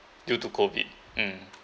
due to COVID mm